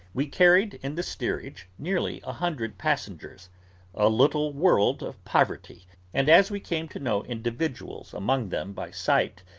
we carried in the steerage nearly a hundred passengers a little world of poverty and as we came to know individuals among them by sight,